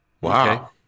Wow